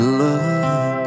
love